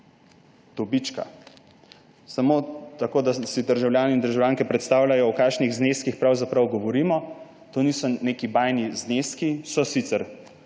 Dobička. Samo toliko, da si državljani in državljanke predstavljajo, o kakšnih zneskih pravzaprav govorimo. To niso neki bajni zneski. So sicer,